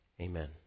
Amen